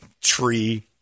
tree